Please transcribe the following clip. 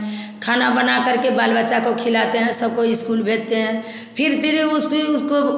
खाना बनाकर के बाल बच्चा को खिलाते हैं सबको स्कूल भेजते हैं फिर फिर उसकी उसको